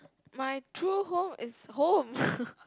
my true home is home